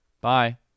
Bye